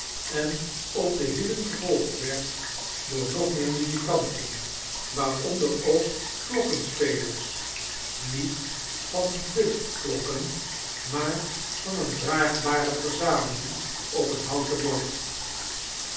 en op de hielien gevolgd werd door nog meer muzikanten waaroiider ook klokkenspeters niet van d e klokken maar van een draagbare verzameling op een houten bard